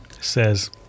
says